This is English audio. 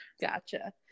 Gotcha